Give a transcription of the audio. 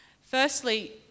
Firstly